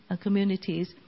communities